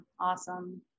awesome